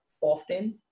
often